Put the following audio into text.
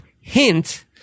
Hint